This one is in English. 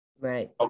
Right